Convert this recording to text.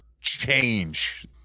change